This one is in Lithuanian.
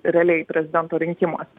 realiai prezidento rinkimuose